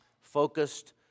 focused